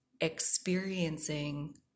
experiencing